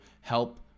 help